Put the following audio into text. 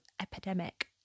epidemic